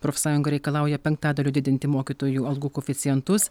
profsąjunga reikalauja penktadaliu didinti mokytojų algų koeficientus